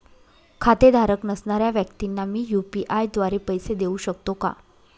खातेधारक नसणाऱ्या व्यक्तींना मी यू.पी.आय द्वारे पैसे देऊ शकतो का?